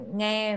nghe